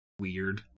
Weird